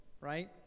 right